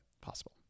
possible